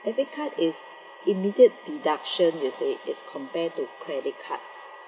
debit card is immediate deduction you see as compared to credit card